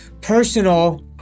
personal